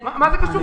מה זה קשור?